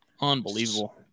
unbelievable